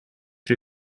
при